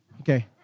Okay